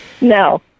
no